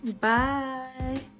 Bye